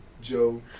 Joe